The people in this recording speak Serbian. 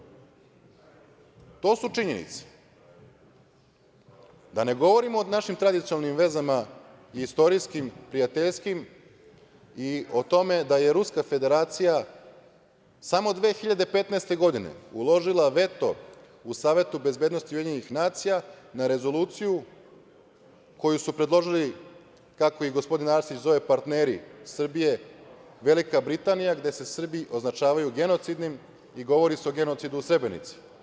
To su činjenice, a da ne govorimo o našim tradicionalnim vezama i istorijskim, prijateljskim i o tome da je Ruska Federacija samo 2015. godine uložila veto u Savetu bezbednosti i UN na rezoluciju koju su predložili kako ih gospodin Arsić zove partneri Srbije, Velika Britanija gde se Srbi označavaju genocidnim i govori se o genocidu u Srebrenici.